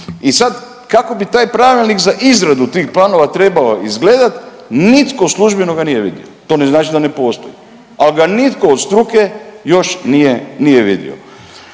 I sad kako bi taj pravilnik za izradu tih planova trebao izgledati, nitko službeno ga nije vidio. To ne znači da ne postoji, ali ga nitko od struke još nije, nije